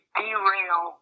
derail